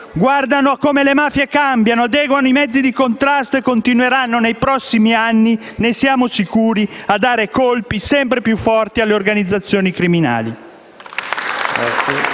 guardano come le mafie cambiano, adeguano i mezzi di contrasto e continueranno nei prossimi anni - ne siamo sicuri - a dare colpi sempre più forti alle organizzazioni criminali.